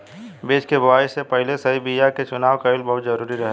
बीज के बोआई से पहिले सही बीया के चुनाव कईल बहुत जरूरी रहेला